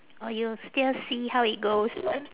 or you still see how it goes